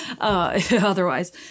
otherwise